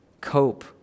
cope